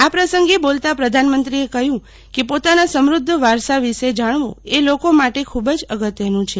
આ પ્રસંગે બોલતાં પ્રધાનમંત્રીએ કહ્યું કે પોતાના સમૃદ્ધ વારસા વિષે જાણવું એ લોકો માટે ખૂબ જ અગત્યનું છે